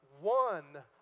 one